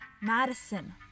Madison